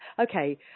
Okay